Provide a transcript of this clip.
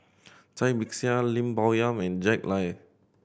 Cai Bixia Lim Bo Yam and Jack Lai